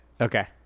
Okay